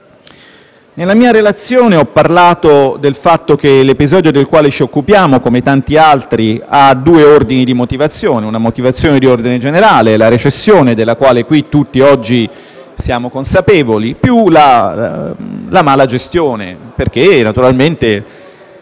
Nella mia relazione ho parlato del fatto che l'episodio del quale ci occupiamo, come tanti altri, ha due ordini di motivazioni: una motivazione di ordine generale, la recessione, della quale qui tutti oggi siamo consapevoli, e una motivazione legata alla malagestione, perché naturalmente